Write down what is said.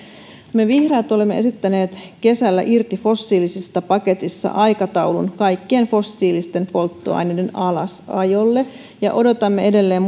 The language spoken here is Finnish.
me vihreät olemme kesällä esittäneet irti fossiilisista paketissa aikataulun kaikkien fossiilisten polttoaineiden alasajolle ja odotamme edelleen